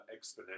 exponential